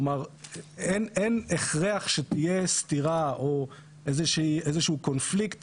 אין הכרח שתהיה סתירה או איזשהו קונפליקט